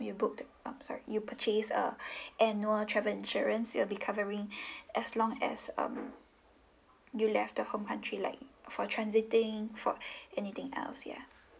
you book the um sorry you purchase a annual travel insurance it'll be covering as long as um you left the home country like for transiting for anything else yeah